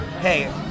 hey